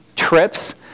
trips